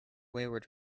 wayward